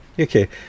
okay